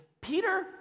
Peter